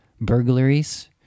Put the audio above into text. burglaries